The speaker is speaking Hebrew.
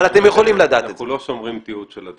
אנחנו לא שומרים תיעוד של הדברים.